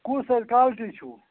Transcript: کُس حظ کالِٹی چھُو